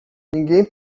ninguém